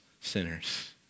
sinners